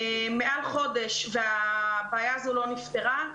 מעל חודש והבעיה הזאת לא נפתרה.